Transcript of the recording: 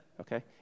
Okay